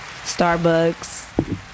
Starbucks